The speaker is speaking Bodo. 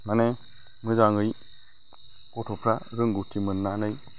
माने मोजांयै गथ'फ्रा रोंगौथि मोननानै